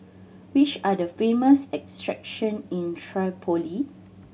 which are the famous in Tripoli